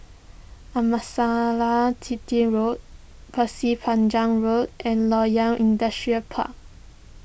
Amasalam Chetty Road Pasir Panjang Road and Loyang Industrial Park